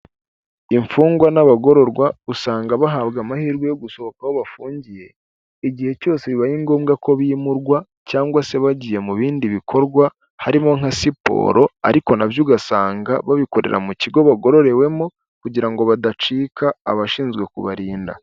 Imfungwa n'abagororwa usanga bahabwa amahirwe yo gusohoka aho bafungiye igihe cyose bibaye ngombwa ko bimurwa cyangwa se bagiye mu bindi bikorwa, harimo nka siporo ariko nabyo ugasanga babikorera mu kigo bagororewemo kugira ngo badacika abashinzwe kubarinda.